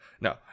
No